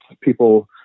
people